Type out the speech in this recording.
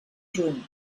juny